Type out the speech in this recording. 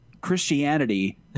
Christianity